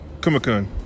Kumakun